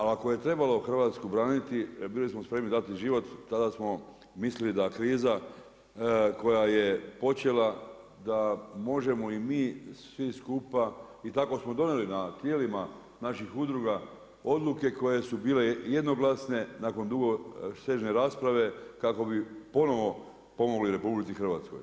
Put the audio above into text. Ali ako je trebalo Hrvatsku braniti, bili smo spremni dati život, tada smo mislili da kriza koja je počela da možemo i mi svi skupa, i tako smo donijeli na tijelima naših udruga odluke koje su bile jednoglasne nakon dugosežne rasprave kako bi ponovno pomogli RH.